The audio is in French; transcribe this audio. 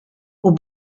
aux